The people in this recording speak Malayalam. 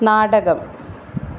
നാടകം